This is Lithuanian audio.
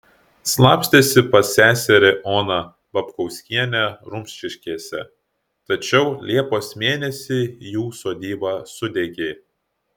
slapstėsi pas seserį oną babkauskienę rumšiškėse tačiau liepos mėnesį jų sodyba sudegė